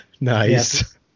Nice